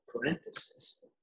parenthesis